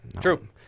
True